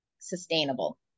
sustainable